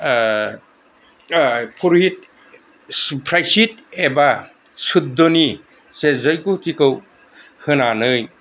पुरुहित प्रायसित एबा सुद्दनि जे जैगथिखौ होनानै